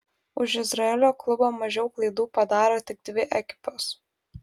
už izraelio klubą mažiau klaidų padaro tik dvi ekipos